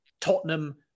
Tottenham